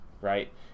right